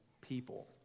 people